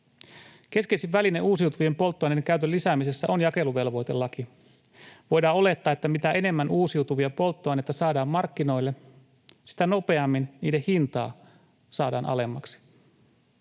Keskeisin väline uusiutuvien polttoaineiden käytön lisäämisessä on jakeluvelvoitelaki. Voidaan olettaa, että mitä enemmän uusiutuvia polttoaineita saadaan markkinoille, sitä nopeammin niiden hintaa saadaan alemmaksi.